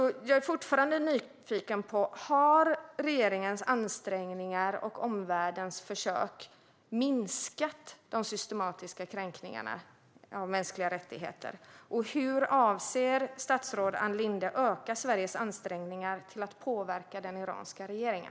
Jag är fortfarande nyfiken på om regeringens ansträngningar och omvärldens försök har minskat de systematiska kränkningarna av mänskliga rättigheter och hur statsrådet Ann Linde avser att öka Sveriges ansträngningar för att påverka den iranska regeringen.